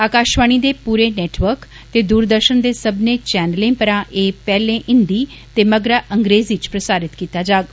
आकाशवाणी दे पूर्रे नेटवर्क ते दूरदर्शन दे सब्बने चैनलें परां एह पैहलें हिन्दी ते मगरा अंग्रेजी च प्रसारित कीता जाग